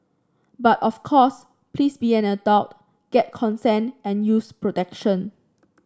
but of course please be an adult get consent and use protection